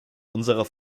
unserer